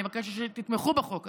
אני מבקשת שתתמכו בחוק הזה.